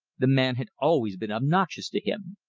the man had always been obnoxious to him.